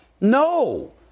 no